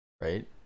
right